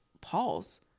pause